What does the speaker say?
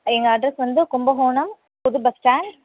எங்கள் அட்ரெஸ் வந்து கும்பகோணம் புது பஸ்ஸ்டாண்ட்